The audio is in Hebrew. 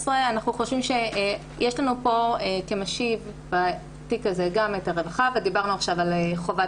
יש לנו פה כמשיב בתיק הזה גם את הרווחה ודיברנו עכשיו על חובת